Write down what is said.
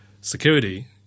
security